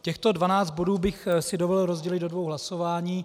Těchto dvanáct bodů bych si dovolil rozdělit do dvou hlasování.